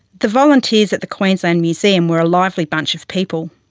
the volunteers at the queensland museum were a lively bunch of people.